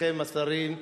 בשמכם השרים,